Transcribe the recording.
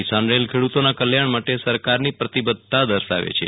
કિશાન rail ખેડૃતોના કલ્યાણ માટે સરકારની પ્રતિબધ્ધતા દર્શાવે છે